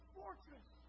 fortress